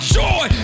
joy